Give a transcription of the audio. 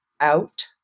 out